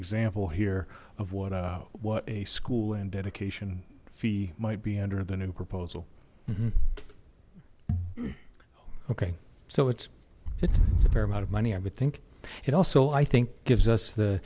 example here of what what a school and dedication fee might be under the new proposal okay so it's it's a fair amount of money i would think it also i think gives us the